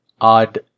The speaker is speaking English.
odd